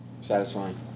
Satisfying